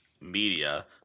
media